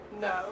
No